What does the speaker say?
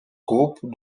groupes